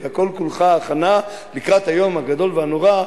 אלא כל-כולך הכנה לקראת היום הגדול והנורא,